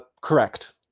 correct